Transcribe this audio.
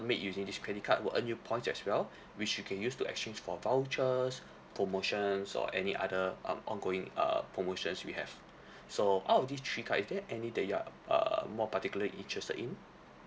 made using this credit card will earn you points as well which you can use to exchange for vouchers promotions or any other um ongoing uh promotions we have so out of these three cards is there any that you are uh more particular interested in